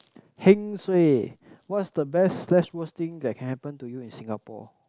Heng Suay what's the best slash worst thing that can happen to you in Singapore